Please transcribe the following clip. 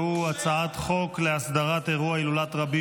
והוא הצעת חוק להסדרת אירוע הילולת רבי